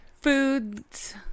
Foods